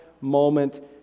moment